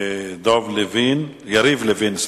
יריב לוין.